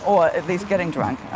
or at least getting drunk. i